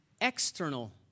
external